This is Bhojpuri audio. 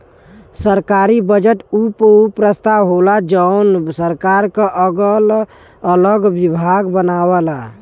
सरकारी बजट उ प्रस्ताव होला जौन सरकार क अगल अलग विभाग बनावला